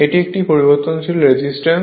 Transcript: এটি একটি পরিবর্তনশীল রেজিস্ট্যান্স